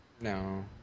No